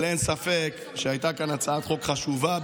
אבל אין ספק שהייתה כאן הצעת חוק חשובה,